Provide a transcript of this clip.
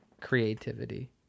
creativity